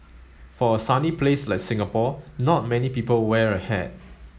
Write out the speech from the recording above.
for a sunny place like Singapore not many people wear a hat